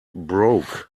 broke